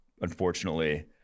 Unfortunately